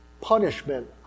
punishment